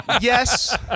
yes